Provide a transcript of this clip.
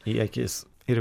į akis ir